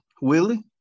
Willie